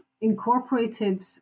incorporated